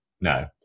no